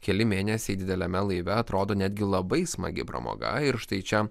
keli mėnesiai dideliame laive atrodo netgi labai smagi pramoga ir štai čia